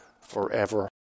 forever